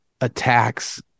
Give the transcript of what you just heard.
attacks